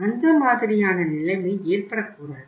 அந்த மாதிரியான நிலைமை ஏற்படக்கூடாது